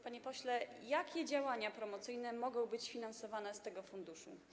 Panie pośle, jakie działania promocyjne mogą być finansowane z tego funduszu?